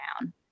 down